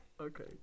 Okay